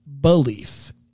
belief